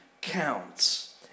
counts